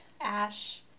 Ash